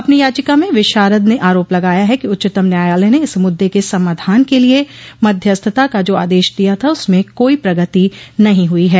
अपनी याचिका में विषारद ने आरोप लगाया है कि उच्चतम न्यायालय ने इस मुददे के समाधान के लिए मध्यस्थता का जो आदेश दिया था उसमें कोई प्रगति नहीं हुई है